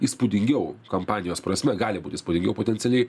įspūdingiau kampanijos prasme gali būt įspūdingiau potencialiai